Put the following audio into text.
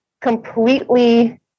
completely